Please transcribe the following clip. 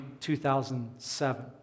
2007